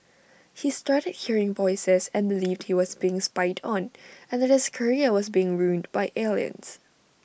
he started hearing voices and believed he was being spied on and that his career was being ruined by aliens